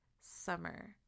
summer